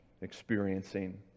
experiencing